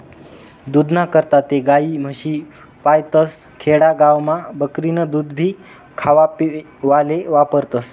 दूधना करता ते गायी, म्हशी पायतस, खेडा गावमा बकरीनं दूधभी खावापेवाले वापरतस